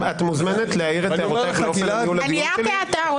את מזומנת להעיר הערותייך לאופן ניהול הדיון שלי,